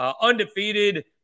undefeated